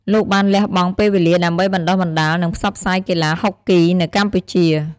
លោកបានលះបង់ពេលវេលាដើម្បីបណ្ដុះបណ្ដាល និងផ្សព្វផ្សាយកីឡាហុកគីនៅកម្ពុជា។